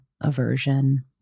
aversion